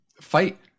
fight